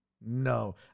No